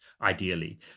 ideally